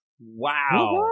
Wow